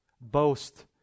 boast